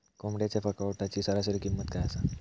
कोंबड्यांच्या कावटाची सरासरी किंमत काय असा?